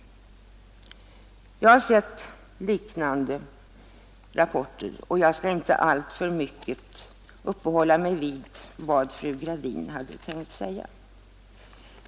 Jag har sett liknande rapporter. Jag skall inte alltför mycket uppehålla mig vid vad fru Gradin hade tänkt säga.